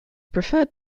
preferred